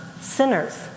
sinners